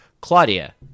Claudia